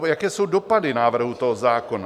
Jaké jsou dopady návrhu tohoto zákona?